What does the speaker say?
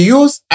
use